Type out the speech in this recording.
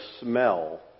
smell